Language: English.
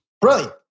brilliant